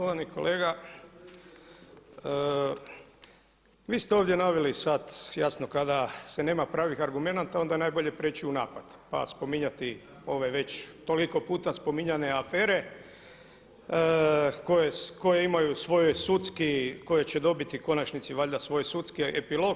Štovani kolega, vi ste ovdje naveli sad jasno kada se nema pravih argumenata onda je najbolje prijeći u napad pa spominjati ove veće toliko puta spominjane afere koje imaju svoj sudski, koje će dobiti u konačnici valjda svoj sudski epilog.